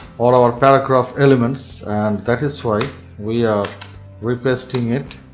or our paragraph elements and that is why we are re-pasting it